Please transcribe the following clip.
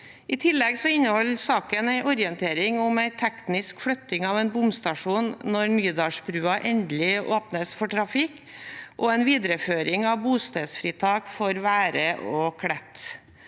I tillegg inneholder saken en orientering om en teknisk flytting av en bomstasjon når Nydalsbrua endelig åpnes for trafikk, og en videreføring av bostedsfritak for Være og Klett.